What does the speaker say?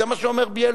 זה מה שאומר בילסקי,